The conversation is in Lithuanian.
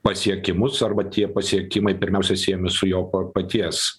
pasiekimus arba tie pasiekimai pirmiausia siejami su jo pa paties